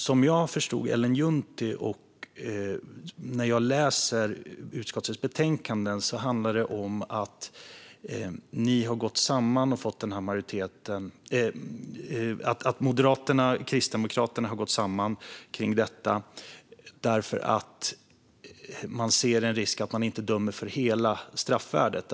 Som jag förstod Ellen Juntti och även utskottets betänkande handlar det om att Moderaterna och Kristdemokraterna har gått samman kring detta därför att de ser en risk för att man inte dömer för hela straffvärdet.